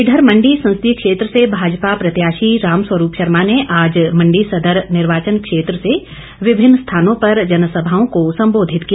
इधर मण्डी संसदीय क्षेत्र से भाजपा प्रत्याशी रामस्वरूप शर्मा ने आज मण्डी सदर निर्वाचन क्षेत्र से विभिन्न स्थानों पर जनसभाओं को सम्बोधित किया